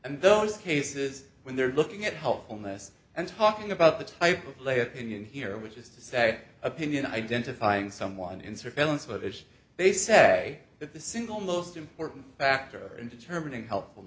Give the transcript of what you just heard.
and those cases when they're looking at helpfulness and talking about the type of player opinion here which is to say opinion identifying someone in surveillance footage they say that the single most important factor in determining helpful